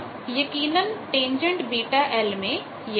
अब यकीनन tan βl में यह l है